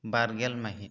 ᱵᱟᱨᱜᱮᱞ ᱢᱟᱹᱦᱤᱛ